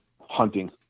hunting